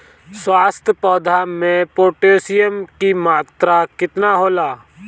स्वस्थ पौधा मे पोटासियम कि मात्रा कितना होला?